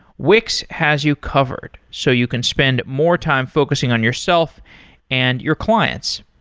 wix has you covered, so you can spend more time focusing on yourself and your clients.